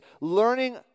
learning